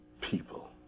people